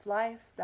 life